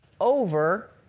over